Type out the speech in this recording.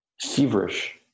feverish